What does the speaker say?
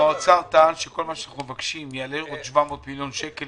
גם האוצר טען שכל מה שאנחנו מבקשים יעלה עוד 700 מיליון שקל